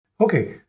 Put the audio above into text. Okay